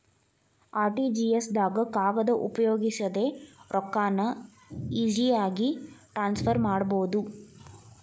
RTGS ದಾಗ ಕಾಗದ ಉಪಯೋಗಿಸದೆ ರೊಕ್ಕಾನ ಈಜಿಯಾಗಿ ಟ್ರಾನ್ಸ್ಫರ್ ಮಾಡಬೋದು